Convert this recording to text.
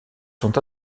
sont